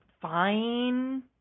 fine